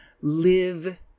live